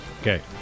okay